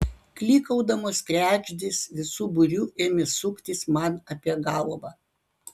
klykaudamos kregždės visu būriu ėmė suktis man apie galvą